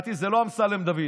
לדעתי זה לא אמסלם דוד.